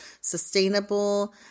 sustainable